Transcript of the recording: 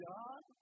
God